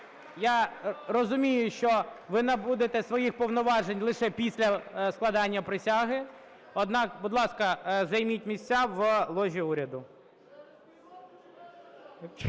Я розумію, що ви набудете своїх повноважень лише після складання присяги. Однак, будь ласка, займіть місця в ложі уряду.